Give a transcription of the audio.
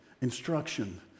instruction